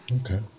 Okay